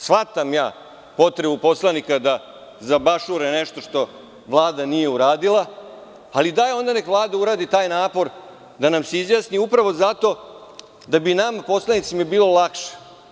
Shvatam ja potrebu poslanika da zabašure nešto što Vlada nije uradila, ali dajte onda da Vlada uradi taj napor i da nam se izjasni, upravo zato da bi nama poslanicima bilo lakše.